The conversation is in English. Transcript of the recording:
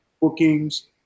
bookings